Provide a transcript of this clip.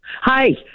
Hi